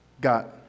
got